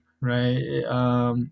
right